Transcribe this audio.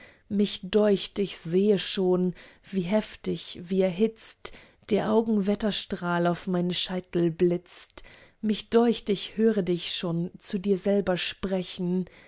mich deucht ich sehe schon wie heftig wie erhitzt der augen wetterstrahl auf meine scheitel blitzt mich deucht ich höre dich schon zu dir selber sprechen